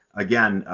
again,